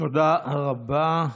תודה רבה.